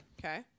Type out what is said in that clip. Okay